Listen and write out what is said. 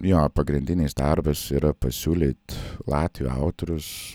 jo pagrindinis darbas yra pasiūlyt latvių autorius